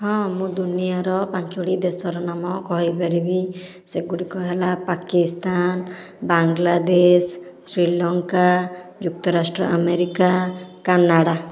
ହଁ ମୁଁ ଦୁନିଆଁର ପାଞ୍ଚୋଟି ଦେଶର ନାମ କହିପାରିବି ସେଗୁଡ଼ିକ ହେଲା ପାକିସ୍ତାନ ବାଂଲାଦେଶ ଶ୍ରୀଲଙ୍କା ଯୁକ୍ତରାଷ୍ଟ୍ର ଆମେରିକା କାନାଡ଼ା